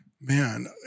man